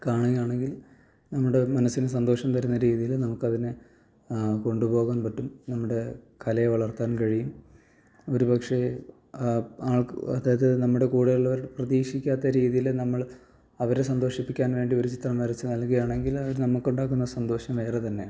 കാണുകയാണെങ്കിൽ നമ്മുടെ മനസ്സിന് സന്തോഷം തരുന്ന രീതിയില് നമുക്കതിനെ കൊണ്ടുപോകാൻ പറ്റും നമ്മുടെ കലയെ വളർത്താൻ കഴിയും ഒരു പക്ഷേ ആ ആൾക്ക് അതായത് നമ്മുടെ കൂടെ ഉള്ളവർ പ്രതീക്ഷിക്കാത്ത രീതിയില് നമ്മള് അവരെ സന്തോഷിപ്പിക്കാൻ വേണ്ടി ഒരു ചിത്രം വരച്ച് നൽകുകയാണെങ്കില് അത് നമുക്കുണ്ടാക്കുന്ന സന്തോഷം വേറെ തന്നെയാണ്